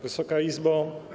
Wysoka Izbo!